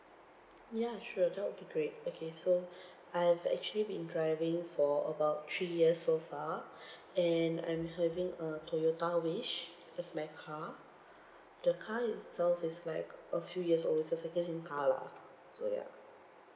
ya sure that will be great okay so I have actually been driving for about three years so far and I'm having a toyota wish as my car the car itself is like a few years old it's a secondhand car lah so ya